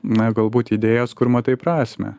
na galbūt idėjos kur matai prasmę